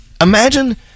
imagine